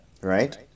right